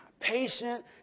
patient